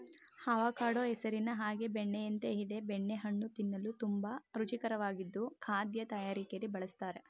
avocado ಹೆಸರಿನ ಹಾಗೆ ಬೆಣ್ಣೆಯಂತೆ ಇದೆ ಬೆಣ್ಣೆ ಹಣ್ಣು ತಿನ್ನಲು ತುಂಬಾ ರುಚಿಕರವಾಗಿದ್ದು ಖಾದ್ಯ ತಯಾರಿಕೆಲಿ ಬಳುಸ್ತರೆ